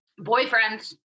boyfriends